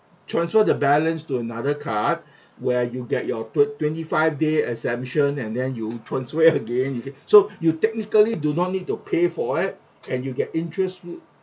transfer the balance to another card where you get your twen~ twenty-five day exemption and then you transfer it again okay so you technically do not need to pay for it and you'll get interest